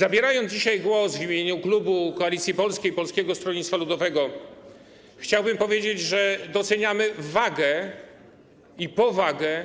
Zabierając dzisiaj głos w imieniu klubu Koalicji Polskiej - Polskiego Stronnictwa Ludowego, chciałbym powiedzieć, że doceniamy wagę i powagę